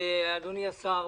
אדוני השר,